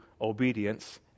obedience